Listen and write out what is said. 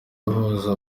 guhuza